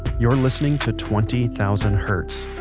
you're listening to twenty thousand hertz.